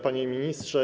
Panie Ministrze!